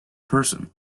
person